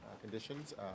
conditions